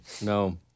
No